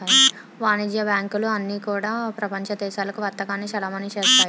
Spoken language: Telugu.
వాణిజ్య బ్యాంకులు అన్నీ కూడా ప్రపంచ దేశాలకు వర్తకాన్ని చలామణి చేస్తాయి